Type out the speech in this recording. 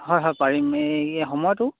হয় হয় পাৰিম এই সময়তো